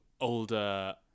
older